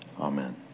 Amen